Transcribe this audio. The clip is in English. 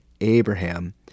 Abraham